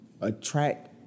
attract